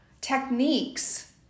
techniques